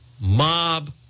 Mob